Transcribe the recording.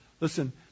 Listen